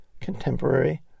contemporary